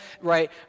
right